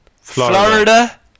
Florida